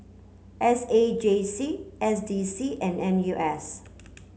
S A J C S D C and N U S